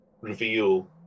reveal